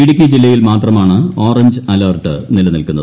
ഇടുക്കി ജില്ലയിൽ മാത്രമാണ് orange alert നിലനിൽക്കുന്നത്